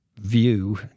view